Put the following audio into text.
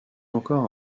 encore